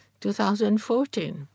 2014